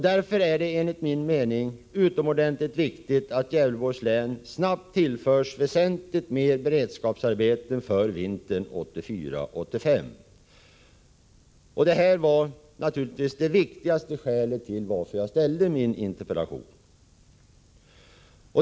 Därför är det, enligt min mening, utomordentligt viktigt att Gävleborgs län snarast tillförs väsentligt mer beredskapsmedel för vintern 1984-1985. Detta var naturligtvis det viktigaste skälet till att jag framställde min interpellation.